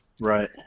Right